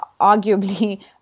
arguably